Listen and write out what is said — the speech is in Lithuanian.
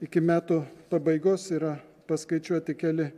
iki metų pabaigos yra paskaičiuoti keli